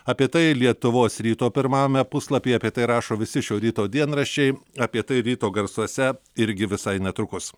apie tai lietuvos ryto pirmajame puslapyje apie tai rašo visi šio ryto dienraščiai apie tai ryto garsuose irgi visai netrukus